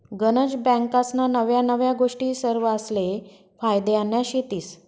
गनज बँकास्ना नव्या नव्या गोष्टी सरवासले फायद्यान्या शेतीस